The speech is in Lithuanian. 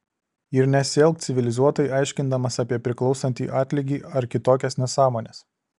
ir nesielk civilizuotai aiškindamas apie priklausantį atlygį ar kitokias nesąmones